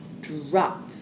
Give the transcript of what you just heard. drop